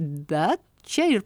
bet čia ir